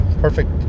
perfect